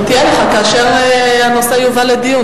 תהיה לך כאשר הנושא יובא לדיון.